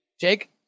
jake